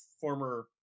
former